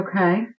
Okay